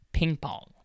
Ping-pong